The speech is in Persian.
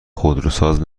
خودروساز